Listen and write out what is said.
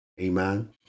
Amen